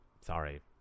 sorry